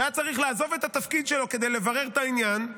שהיה צריך לעזוב את התפקיד שלו כדי לברר את העניין.